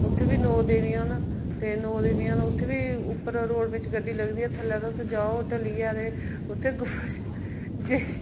उत्थै बी नौ देवियां न ते नौ देवियां न उत्थै बी उप्पर रोड बिच गड्डी लगदी ऐ थल्लै तुस जाओ ढलियै ते उत्थै